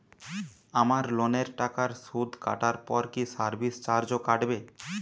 আমার লোনের টাকার সুদ কাটারপর কি সার্ভিস চার্জও কাটবে?